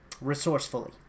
resourcefully